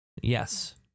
Yes